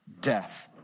death